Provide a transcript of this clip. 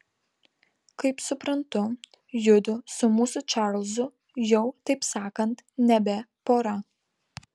kaip suprantu judu su mūsų čarlzu jau taip sakant nebe pora